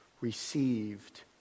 received